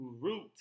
root